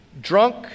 drunk